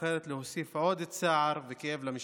בוחרת להוסיף עוד צער וכאב למשפחות.